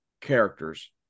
characters